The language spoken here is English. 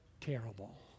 terrible